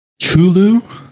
Chulu